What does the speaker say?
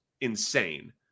insane